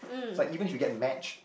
is like even if you get matched